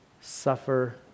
suffer